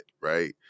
right